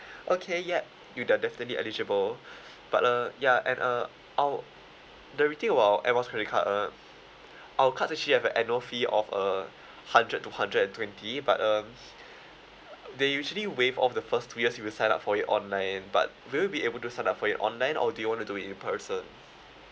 okay yup you are definitely eligible but uh ya and uh our the thing about our air miles credit card uh our card actually have an annual fee of a hundred to hundred and twenty but um they usually waived off the first two years you were signed up for it online but will you be able to sign up for it online or do you want to do it in person